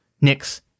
Nix